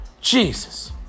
Jesus